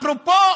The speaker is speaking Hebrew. אפרופו